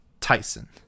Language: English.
tyson